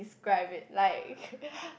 describe it like